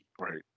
right